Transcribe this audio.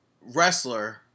wrestler